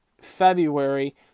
February